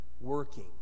working